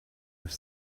have